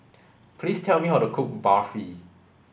please tell me how to cook Barfi